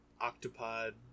octopod